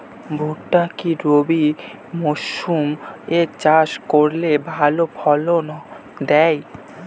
ভুট্টা কি রবি মরসুম এ চাষ করলে ভালো ফলন দেয়?